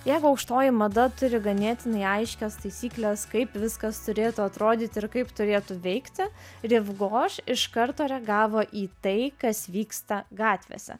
jeigu aukštoji mada turi ganėtinai aiškias taisykles kaip viskas turėtų atrodyti ir kaip turėtų veikti riv goš iš karto reagavo į tai kas vyksta gatvėse